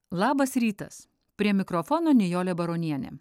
labas rytas prie mikrofono nijolė baronienė